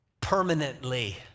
Permanently